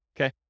Okay